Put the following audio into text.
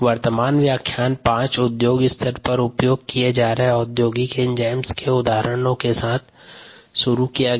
वर्तमान व्याख्यान 5 उद्योग स्तर पर उपयोग किए जा रहे औद्योगिक एंजाइम्स के उदाहरणों के साथ शुरू किया गया